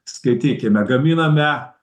skaitykime gaminame